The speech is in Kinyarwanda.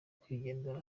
kwigendera